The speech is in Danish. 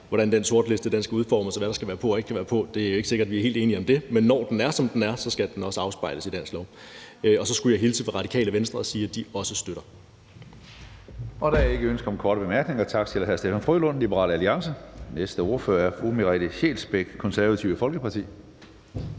hvordan den sortliste skal udformes, og hvad der skal være på og ikke kan være på. Det er ikke sikkert, at vi er helt enige om det. Men når den er, som den er, skal den også afspejles i dansk lov. Så skulle jeg hilse fra Radikale Venstre og sige, at de også støtter det. Kl. 15:41 Tredje næstformand (Karsten Hønge): Der er ikke ønske om korte bemærkninger. Tak til hr. Steffen W. Frølund, Liberal Alliance. Næste ordfører er fru Merete Scheelsbeck, Det Konservative Folkeparti.